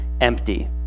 empty